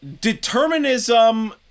determinism